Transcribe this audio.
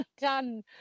done